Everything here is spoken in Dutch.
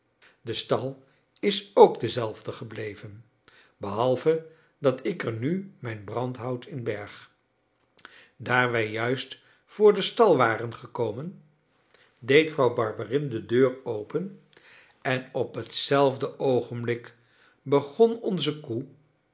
de stal is ook dezelfde gebleven behalve dat ik er nu mijn brandhout in berg daar wij juist voor den stal waren gekomen deed vrouw barberin de deur open en op hetzelfde oogenblik begon onze koe